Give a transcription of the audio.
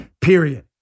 period